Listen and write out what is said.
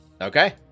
Okay